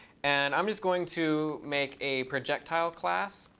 and i'm just going to make a projectile class.